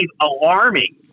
alarming